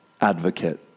advocate